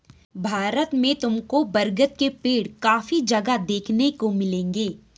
भारत में तुमको बरगद के पेड़ काफी जगह देखने को मिलेंगे